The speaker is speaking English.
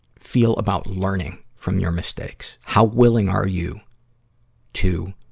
feel about learning from your mistakes. how willing are you to